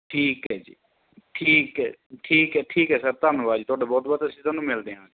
ਠੀਕ ਹੈ ਜੀ ਠੀਕ ਹੈ ਠੀਕ ਹੈ ਠੀਕ ਹੈ ਸਰ ਧੰਨਵਾਦ ਜੀ ਤੁਹਾਡਾ ਬਹੁਤ ਬਹੁਤ ਅਸੀਂ ਤੁਹਾਨੂੰ ਮਿਲਦੇ ਹਾਂ ਆ ਕੇ